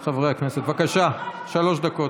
את חברי הכנסת, בבקשה, שלוש דקות.